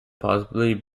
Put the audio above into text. possibly